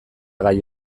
gai